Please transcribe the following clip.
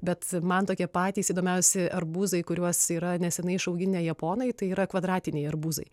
bet man tokie patys įdomiausi arbūzai kuriuos yra neseniai išauginę japonai tai yra kvadratiniai arbūzai